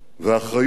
ואחריות